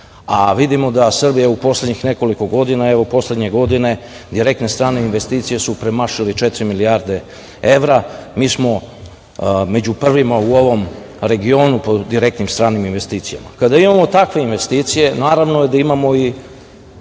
Vidimo da Srbija u poslednjih nekoliko godina evo poslednje godine su direktne strane investicije premašile 4 milijarde evra, a mi smo među prvima u ovom regionu pod direktnim stranim investicijama. Kada imamo takve investicije, naravno da imamo i